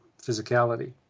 physicality